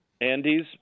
Andy's